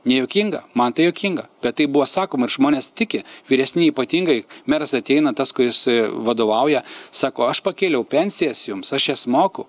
nejuokinga man tai juokinga bet tai buvo sakoma ir žmonės tiki vyresni ypatingai meras ateina tas kuris vadovauja sako aš pakėliau pensijas jums aš jas moku